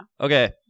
Okay